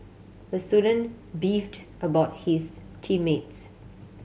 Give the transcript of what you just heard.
the student beefed about his team mates